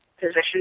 position